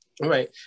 right